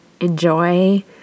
enjoy